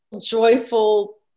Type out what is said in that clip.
joyful